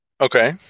Okay